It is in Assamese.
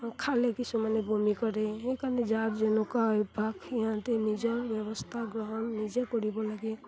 খালে কিছুমানে বমি কৰে সেইকাৰণে যাৰ যেনেকুৱা অভ্যাস সিহঁতে নিজৰ ব্যৱস্থা গ্ৰহণ নিজে কৰিব লাগে